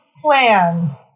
plans